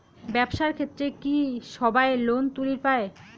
ব্যবসার ক্ষেত্রে কি সবায় লোন তুলির পায়?